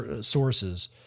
sources